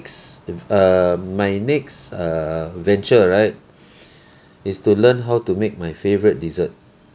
err my next err venture right is to learn how to make my favourite dessert